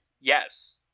Yes